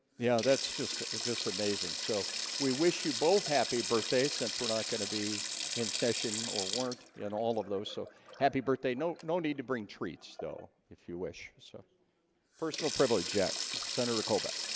yeah, that's just just amazing so we wish you both happy birthday, since we're not going to be in session or weren't in all of those so happy birthday no no need to bring treats though. if you wish so personal privilege jack senator, koba